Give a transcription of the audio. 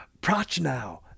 Prochnow